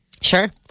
Sure